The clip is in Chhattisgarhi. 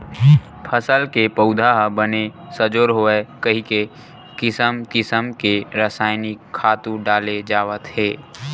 फसल के पउधा ह बने सजोर होवय कहिके किसम किसम के रसायनिक खातू डाले जावत हे